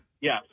Yes